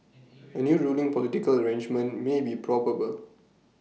A new ruling political arrangement may be probable